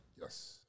Yes